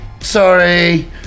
Sorry